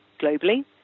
globally